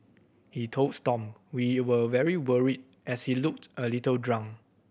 he told Stomp we were very worried as he looked a little drunk